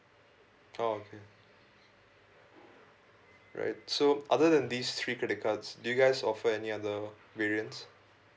oh okay right so other than these three credit cards do you guys offer any other variants